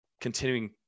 continuing